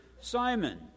Simon